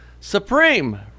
supreme